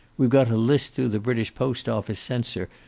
we've got a list through the british post-office censor,